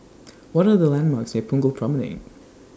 What Are The landmarks near Punggol Promenade